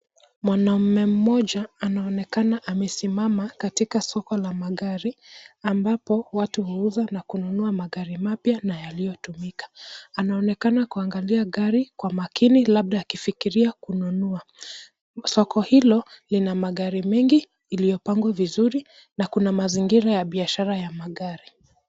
Mwanaume mmoja anaonekana amesimama katika soko la magari ambapo watu huuza na kununua magari mapya na yaliyotumika. Anaonekana kuangalia gari kwa makini labda akifikiria kununua. Soko hilo lina magari mengi iliyopangwa vizuri na kuna mazingira ya biashara ya magari.